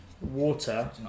water